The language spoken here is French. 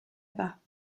bas